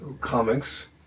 comics